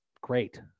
great